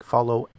Follow